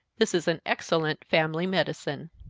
this is an excellent family medicine.